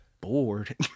bored